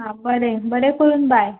हां बरें बरें करून बाय